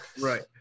Right